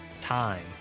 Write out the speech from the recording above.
time